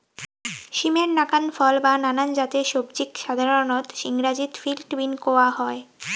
সিমের নাকান ফল বা নানান জাতের সবজিক সাধারণত ইংরাজিত ফিল্ড বীন কওয়া হয়